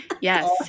Yes